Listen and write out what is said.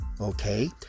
okay